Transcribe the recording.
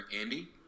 Andy